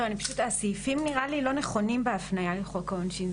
נראה לי שהסעיפים לא נכונים בהפניה לחוק העונשין.